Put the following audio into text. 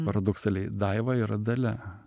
paradoksaliai daiva yra dalia